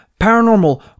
paranormal